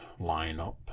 lineup